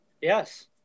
Yes